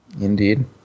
indeed